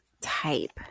type